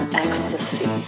ecstasy